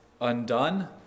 undone